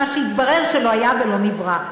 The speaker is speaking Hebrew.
מה שהתברר שלא היה ולא נברא.